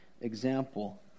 example